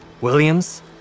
Williams